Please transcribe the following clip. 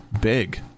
big